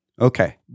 Okay